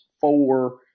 four